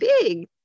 big